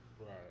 right